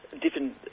different